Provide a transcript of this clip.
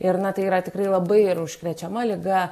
ir na tai yra tikrai labai užkrečiama liga